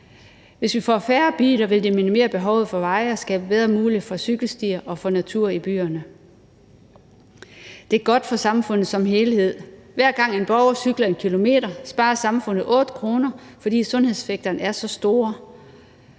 Hvis vi får færre biler, vil det minimere behovet for veje og skabe bedre muligheder for cykelstier og for natur i byerne. Det er godt for samfundet som helhed. Hver gang en borger cykler 1 km, sparer samfundet 8 kr., fordi sundhedseffekterne er så store.